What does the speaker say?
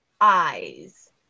eyes